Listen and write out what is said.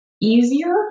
easier